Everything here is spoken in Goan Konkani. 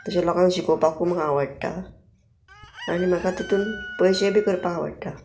तशें लोकांक शिकोवपाकूय म्हाका आवडटा आनी म्हाका तितून पयशे बी करपाक आवडटा